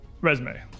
Resume